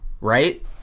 right